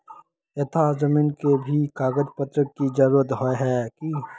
यहात जमीन के भी कागज पत्र की जरूरत होय है की?